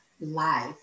Life